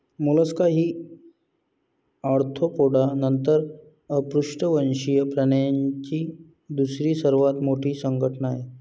Mollusca ही Arthropoda नंतर अपृष्ठवंशीय प्राण्यांची दुसरी सर्वात मोठी संघटना आहे